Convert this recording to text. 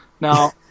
now